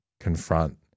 Confront